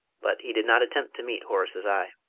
but he did not attempt to meet horace's eye.